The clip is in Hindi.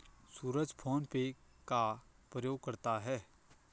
सूरज फोन पे का प्रयोग करता है